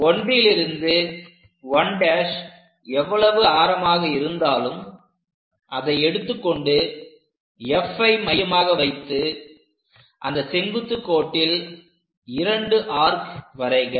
1லிருந்து 1' எவ்வளவு ஆரமாக இருந்தாலும் அதை எடுத்துக்கொண்டு Fஐ மையமாக வைத்து அந்த செங்குத்துக் கோட்டில் இரண்டு ஆர்க் வரைக